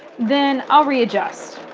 then i'll readjust.